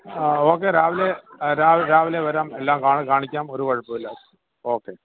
ആ ഓക്കെ രാവിലെ രാവി രാവിലെ വരാം എല്ലാം കാ കാണിക്കാം ഒരു കുഴപ്പവുമില്ല ഓക്കെ